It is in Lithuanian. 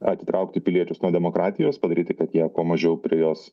atitraukti piliečius nuo demokratijos padaryti kad jie kuo mažiau prie jos